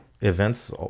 Events